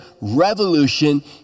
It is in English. revolution